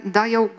dają